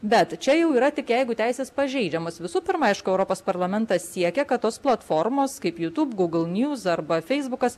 bet čia jau yra tik jeigu teisės pažeidžiamos visu pirma aišku europos parlamentas siekia kad tos platformos kaip jų jūtub gūgl nius arba feisbukas